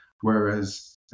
whereas